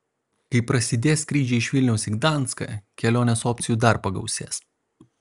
kai prasidės skrydžiai iš vilniaus iš gdanską kelionės opcijų dar pagausės